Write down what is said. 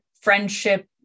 friendship